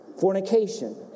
fornication